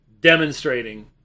demonstrating